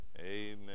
Amen